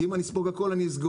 כי אם אני אספוג הכול אני אסגור.